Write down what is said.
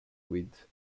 with